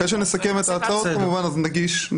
אחרי שנסכם את ההצעות כמובן נגיש.